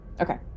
okay